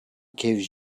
gives